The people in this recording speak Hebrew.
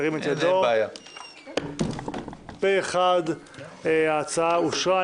הצבעה בעד, פה אחד ההצעה אושרה.